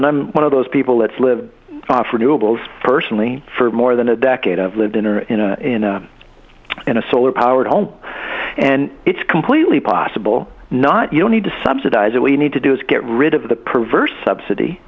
and i'm one of those people that's lived for noodles personally for more than a decade of lived in or in a in a in a solar powered home and it's completely possible not you don't need to subsidize it we need to do is get rid of the perverse subsidy